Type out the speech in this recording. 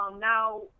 Now